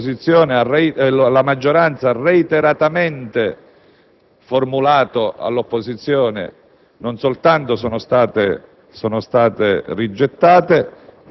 le proposte legittime che la maggioranza ha reiteratamente formulato all'opposizione